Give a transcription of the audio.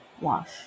wash